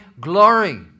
glory